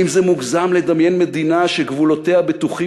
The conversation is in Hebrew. האם זה מוגזם לדמיין מדינה שגבולותיה בטוחים